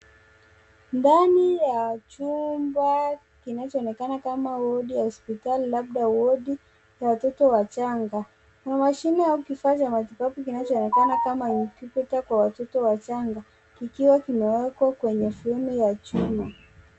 Ndani ya chumba kinachoonekana kama wodi ya hospitali labda wodi ya watoto wachanga ya mashine au kifaa cha matibabu kinachoonekana kama ikipita kwa watoto wachanga kikiwa kimewekwa kwenye fremu ya chuma.